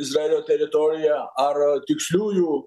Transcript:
izraelio teritoriją ar tiksliųjų